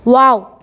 wow